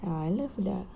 ya I love their